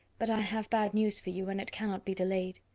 but i have bad news for you, and it cannot be delayed.